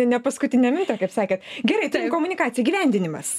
ne paskutinę minutę kaip sakėt gerai turim komunikaciją įgyvendinimas